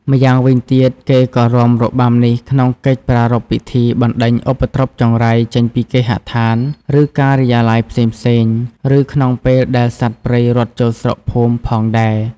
ម្យ៉ាងវិញទៀតគេក៏រាំរបាំនេះក្នុងកិច្ចប្រារព្ធពិធីបណ្ដេញឧបទ្រពចង្រៃចេញពីគេហដ្ឋាន ឬការិយាល័យផ្សេងៗ ឬក្នុងពេលដែលសត្វព្រៃរត់ចូលស្រុកភូមិផងដែរ។